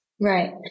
Right